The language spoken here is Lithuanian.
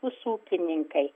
bus ūkininkai